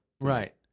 Right